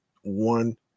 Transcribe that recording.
one